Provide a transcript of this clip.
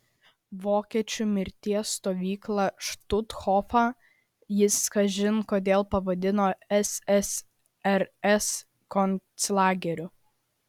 vokiečių mirties stovyklą štuthofą jis kažin kodėl pavadino ssrs konclageriu